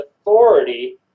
authority